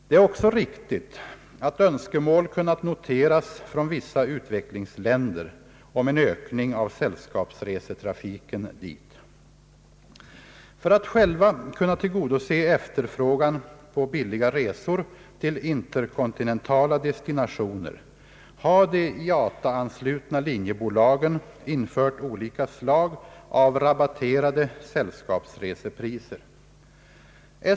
Det är också riktigt att önskemål kunnat noteras från vissa utvecklingsländer om en ökning av sällskapsresetrafiken dit. För att själva kunna tillgodose efterfrågan på billiga resor till interkontinentala destinationer har de IATA-anslutna linjebolagen infört olika slag av rabatterade sällskapsresepriser.